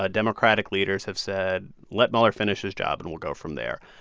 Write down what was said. ah democratic leaders have said, let mueller finish his job, and we'll go from there,